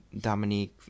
dominique